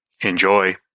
Enjoy